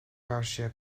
karşıya